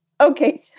Okay